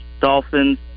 Dolphins